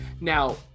Now